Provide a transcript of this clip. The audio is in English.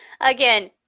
Again